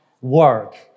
work